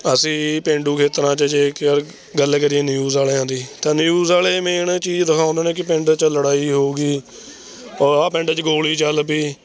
ਅਸੀਂ ਪੇਂਡੂ ਖੇਤਰਾਂ 'ਚ ਜੇਕਰ ਗੱਲ ਕਰੀਏ ਨਿਊਜ਼ ਵਾਲਿਆਂ ਦੀ ਤਾਂ ਨਿਊਜ਼ ਵਾਲੇ ਮੇਨ ਚੀਜ਼ ਦਿਖਾਉਂਦੇ ਨੇ ਕਿ ਪਿੰਡ 'ਚ ਲੜਾਈ ਹੋ ਗਈ ਆਹ ਪਿੰਡ 'ਚ ਗੋਲੀ ਚੱਲ ਪਈ